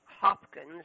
Hopkins